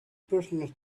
personal